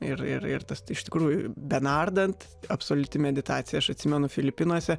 ir ir ir tas iš tikrųjų benardant absoliuti meditacija aš atsimenu filipinuose